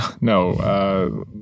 no